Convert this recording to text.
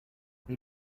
they